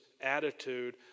attitude